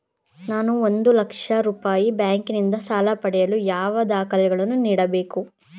ನಾನು ಒಂದು ಲಕ್ಷ ರೂಪಾಯಿ ಬ್ಯಾಂಕಿನಿಂದ ಸಾಲ ಪಡೆಯಲು ಯಾವ ದಾಖಲೆಗಳನ್ನು ನೀಡಬೇಕು?